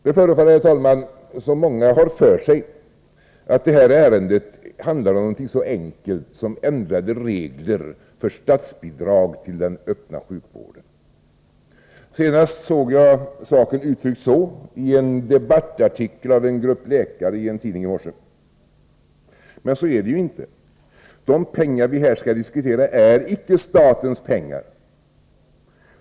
Det förefaller, herr talman, som om många har för sig att det här ärendet handlar om någonting så enkelt som ändrade regler för statsbidrag till den öppna sjukvården. Senast såg jag saken uttryckt så i en debattartikel av en grupp läkare i en tidning i morse. Men så är det ju inte. De pengar vi här skall diskutera är icke statens pengar.